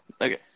okay